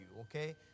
okay